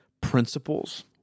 principles